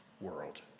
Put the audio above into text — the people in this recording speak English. world